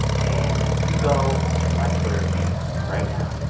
and if you go to my twitter feed right now,